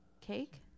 cake